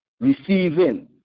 receiving